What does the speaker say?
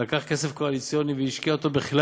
הוא לקח כסף קואליציוני והשקיע אותו בכלל